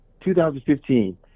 2015